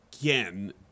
again